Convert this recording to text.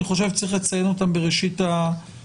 אני חושב שצריך לציין אותם בראשית הדיון.